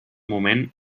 moment